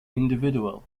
individual